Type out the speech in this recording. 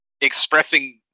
expressing